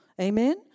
Amen